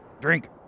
drink